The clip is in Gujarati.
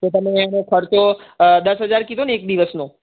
તો તમે એનો ખર્ચો દસ હજાર કીધો ને એક દિવસનો